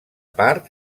part